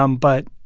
um but,